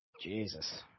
Jesus